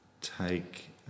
take